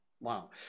Wow